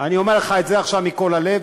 אני אומר לך את זה עכשיו מכל הלב,